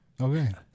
Okay